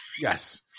yes